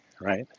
Right